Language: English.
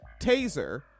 taser